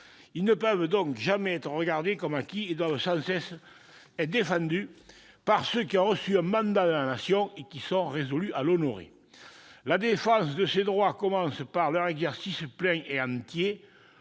Ils ne peuvent donc jamais être regardés comme acquis et doivent sans cesse être défendus par ceux qui ont reçu un mandat de la Nation et qui sont résolus à l'honorer. La défense de ces droits commence par leur exercice plein et entier